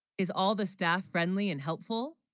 is all the staff friendly and helpful